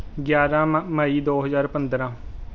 ਗਿਆਰਾਂ ਮਾ ਮਈ ਦੋ ਹਜ਼ਾਰ ਪੰਦਰਾਂ